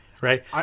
Right